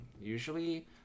usually